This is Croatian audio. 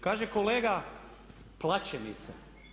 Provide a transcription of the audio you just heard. Kaže kolega, plače mi se.